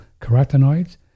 carotenoids